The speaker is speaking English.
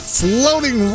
floating